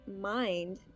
mind